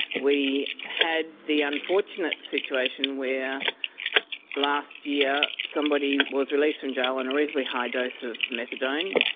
we had the unfortunate situation where last year somebody was released from jail on a reasonably high dose of methadone,